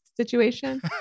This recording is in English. situation